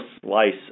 slice